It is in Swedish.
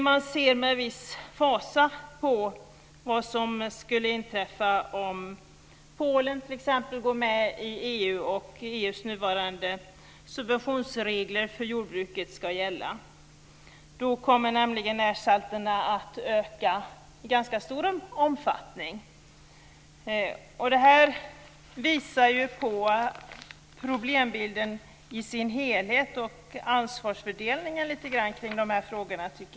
Man ser med viss fasa på vad som skulle inträffa om t.ex. Polen går med i EU och EU:s nuvarande subventionsregler för jordbruket ska gälla. Då kommer nämligen närsalterna att öka i ganska stor omfattning. Det här tycker jag visar på problembilden i dess helhet och också lite grann på ansvarsfördelningen i de här frågorna.